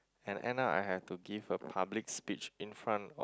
and end up I have to give a public speech in front of